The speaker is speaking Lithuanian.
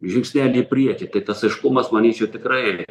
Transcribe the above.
žingsnelį į priekį tai tas aiškumas manyčiau tikrai